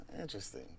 interesting